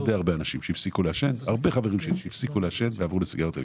די הרבה אנשים שהצליחו להיגמל דרך סיגריה אלקטרונית.